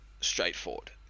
straightforward